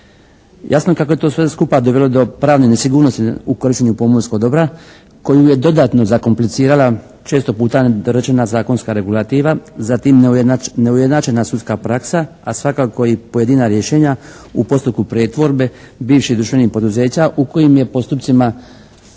Jasno kako je to sve skupa dovelo do pravne nesigurnosti u korištenju pomorskog dobra koju je dodatno zakomplicirala često puta nedorečena zakonska regulativa, zatim neujednačena sudska praksa, a svakako i pojedina rješenja u postupku pretvorbe bivših državnih poduzeća u kojim je postupcima